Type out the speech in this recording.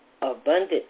Abundant